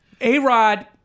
A-Rod